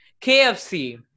KFC